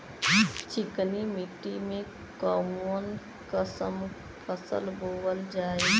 चिकनी मिट्टी में कऊन कसमक फसल बोवल जाई?